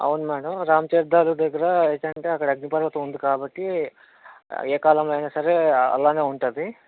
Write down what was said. అవును మ్యాడం రామతీర్థాలు దగ్గర ఏంటంటే అక్కడ అగ్ని పర్వతం ఉంది కాబట్టి ఏ కాలంలో అయినా సరే అలానే ఉంటుంది